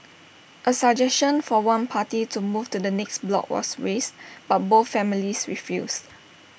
A suggestion for one party to move to the next block was raised but both families refused